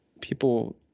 people